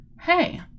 hey